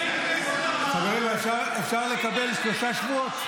היא --- חברים, אפשר לקבל שלושה שבועות?